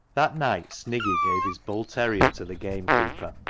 that night sniggy gave his bull-terrier to the gamekeeper,